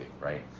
right